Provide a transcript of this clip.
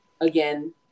Again